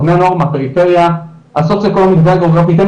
בני הנוער מהפריפריה הסוציו אקונומית והגיאוגרפית הם